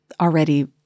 already